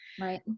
Right